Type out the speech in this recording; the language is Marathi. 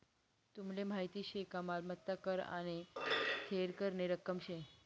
तुमले माहीत शे का मालमत्ता कर आने थेर करनी रक्कम शे